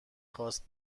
خواست